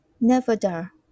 Nevada